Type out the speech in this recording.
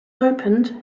opened